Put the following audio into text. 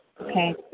Okay